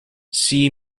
see